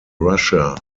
russia